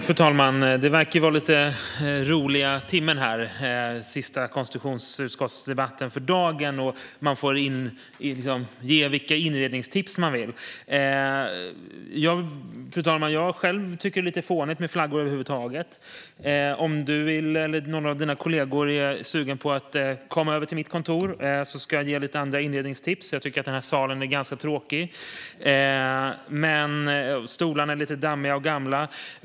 Fru talman! Det verkar vara lite roliga timmen här, med sista konstitutionsutskottsdebatten för dagen. Man får ge vilka inredningstips man vill. Fru talman! Jag själv tycker att det är lite fånigt med flaggor. Om du eller någon av dina kollegor är sugen på att komma över till mitt kontor ska jag ge lite andra inredningstips. Jag tycker att den här salen är tråkig och stolarna lite dammiga och gamla.